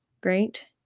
great